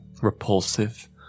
repulsive